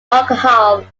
alcohol